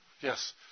Yes